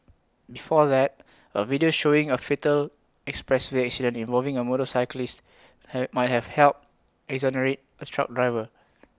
before that A video showing A fatal expressway accident involving A motorcyclist he might have helped exonerate A truck driver